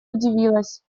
удивилась